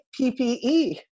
PPE